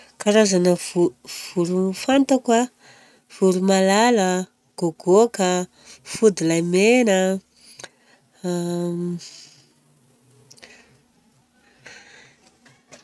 Karazana vorona fantako a: voromailala, gôgôka a, fody lahy mena.